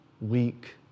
weak